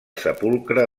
sepulcre